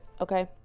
okay